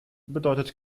bedeutet